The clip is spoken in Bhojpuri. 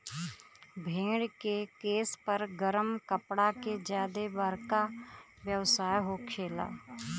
भेड़ के केश पर गरम कपड़ा के ज्यादे बरका व्यवसाय होखेला